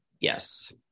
Yes